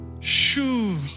Shoo